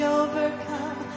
overcome